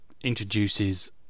introduces